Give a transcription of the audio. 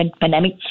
pandemic